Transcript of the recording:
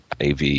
AV